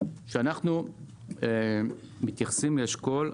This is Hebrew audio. כשאנחנו מתייחסים לאשכול,